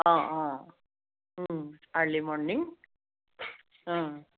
অ' অ' early morning